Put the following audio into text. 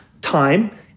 time